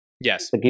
Yes